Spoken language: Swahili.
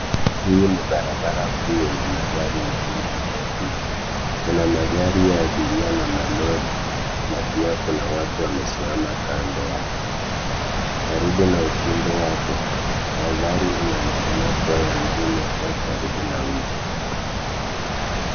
Hii ni barabara kuu yenye magari mengi yanayopita. Kuna magari ya abiria na malori na pia kuna watu wamesimama kando yake. Karibu na ukingo wake, mandhari ianonekana kuwa ya mjini au karibu na mji.